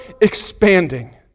expanding